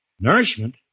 Nourishment